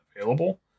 available